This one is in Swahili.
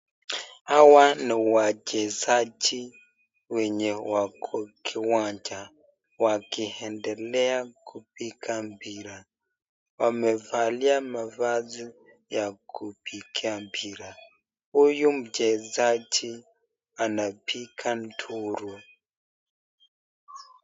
Hawa ni wachezaji wenye wako kiwanja wakiendelea kipiga mpira. Wamevalia mavazi ya kupigia mpira. Huyu mchezaji anapiga nduru.